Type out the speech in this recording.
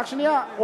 רק שנייה.